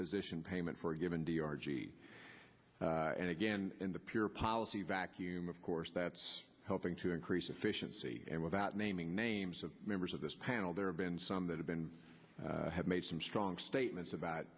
physician payment for a given d r g and again in the pure policy vacuum of course that's helping to increase efficiency and without naming names of members of this panel there have been some that have been have made some strong statements about